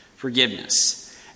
Forgiveness